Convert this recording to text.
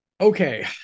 Okay